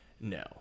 No